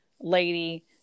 lady